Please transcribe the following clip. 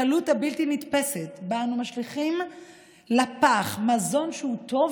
הקלות הבלתי-נתפסת שבה אנו משליכים לפח מזון שהוא טוב